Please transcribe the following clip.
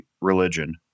religion